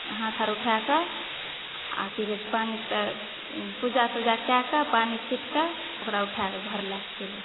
हाथ आओर उठा कऽ आ की कहै छै पूजा तुजा कए कऽ पानि छिट कऽ ओकरा उठाए कऽ घर लए कऽ चलि एतै